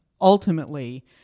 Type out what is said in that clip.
ultimately